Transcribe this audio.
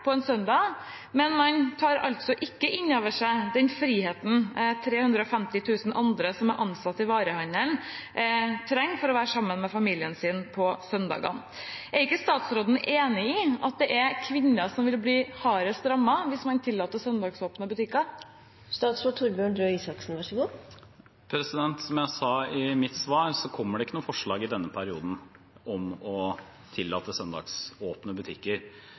på en søndag, men man tar ikke inn over seg den friheten de 350 000 som er ansatt i varehandelen, trenger for å være sammen med familien på søndager. Er ikke statsråden enig i at det er kvinner som vil bli hardest rammet hvis man tillater søndagsåpne butikker? Som jeg sa i mitt svar, kommer det ikke noe forslag i denne perioden om å tillate søndagsåpne butikker.